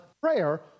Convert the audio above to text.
prayer